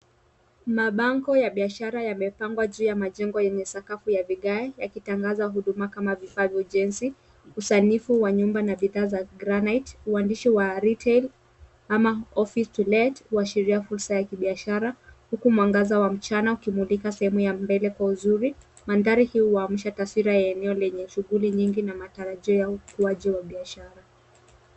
Mabango ya biashara yamepangwa juu ya majengo yenye sakafu ya vigae yakitangaza huduma kama vifaa vya ujenzi, usanifu wa nyumba na bidhaa za garanite, uandishi wa retail ama office to let huashiria fursa ya kibiashara huku mwangaza wa mchana ukimulika sehemu ya mbele kwa uzuri. Mandhari hii huamsha taswira ya eneo lenye shughuli nyingi na matarajio ya ukuaji wa biashara.